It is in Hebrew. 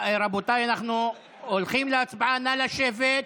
רבותיי, אנחנו עוברים להצבעה, נא לשבת.